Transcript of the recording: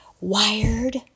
wired